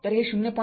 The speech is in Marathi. तर हे ०